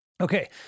Okay